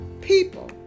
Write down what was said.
people